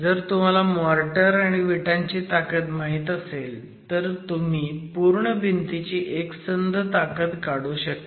जर तुम्हाला मोर्टर आणि विटांची ताकद माहीत असेल तर तुम्ही संपूर्ण भिंतीची एकसंध ताकद काढू शकता